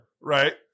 right